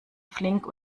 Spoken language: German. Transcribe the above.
flink